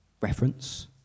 reference